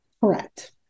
Correct